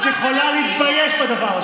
את יכולה להתבייש בדבר הזה.